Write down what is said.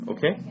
Okay